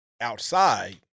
outside